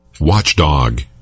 Watchdog